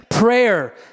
Prayer